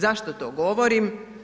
Zašto to govorim?